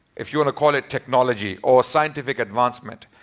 if you want to call it, technology or scientific advancement.